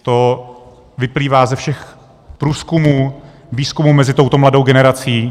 To vyplývá ze všech průzkumů, výzkumů mezi touto mladou generací.